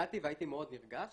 הגעתי והייתי מאוד נרגש